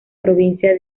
provincia